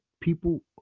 people